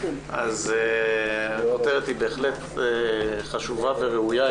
אז הכותרת היא בהחלט חשובה וראויה,